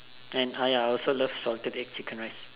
and ya I also love salted egg chicken rice